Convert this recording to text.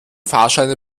fahrscheine